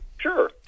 sure